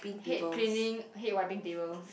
hate cleaning hate wiping table